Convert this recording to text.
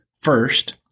First